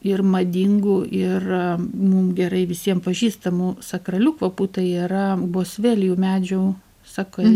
ir madingų ir mum gerai visiem pažįstamų sakralių kvapų tai yra bosvelijų medžių sakai